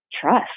trust